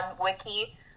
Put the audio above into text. wiki